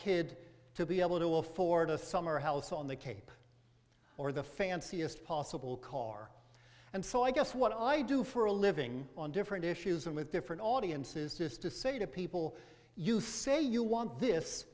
kid to be able to afford a summer house on the cape or the fanciest possible car and so i guess what i do for a living on different issues and with different audiences just to say to people you say you want this